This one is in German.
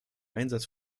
einsatz